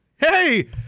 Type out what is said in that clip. Hey